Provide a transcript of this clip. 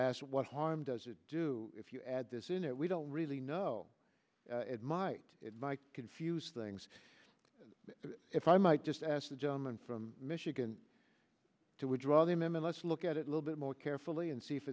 asked what harm does it do if you add this in it we don't really know it might it might confuse things if i might just ask the gentleman from michigan to withdraw them and let's look at it a little bit more carefully and see if